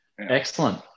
Excellent